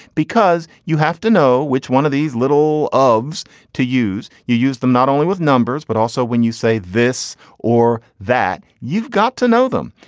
because you have to know which one of these little of's to use. you use them not only with numbers, but also when you say this or that, you've got to know them.